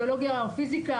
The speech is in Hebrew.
ביולוגיה או פיסיקה,